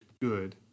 good